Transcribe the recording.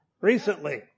recently